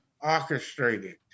orchestrated